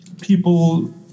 People